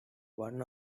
one